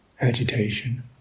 agitation